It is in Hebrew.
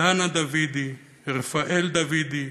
דנה דוידי, רפאל דוידי,